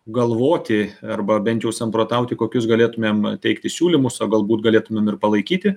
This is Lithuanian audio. galvoti arba bent jau samprotauti kokius galėtumėm teikti siūlymus o galbūt galėtumėm ir palaikyti